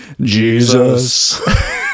Jesus